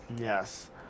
Yes